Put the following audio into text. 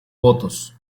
votos